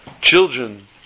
children